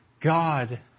God